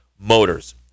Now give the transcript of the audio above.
motors